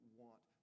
want